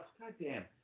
goddamn